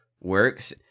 works